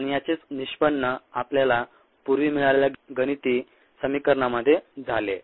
आणि याचेच निष्पन्न आपल्याला पूर्वी मिळालेल्या गणिती समीकरणामध्ये झाले